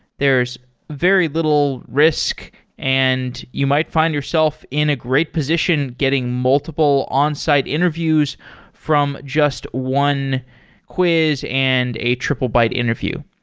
there's very little risk and you might find yourself in a great position getting multiple onsite interviews from just one quiz and a triplebyte interview.